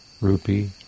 rupee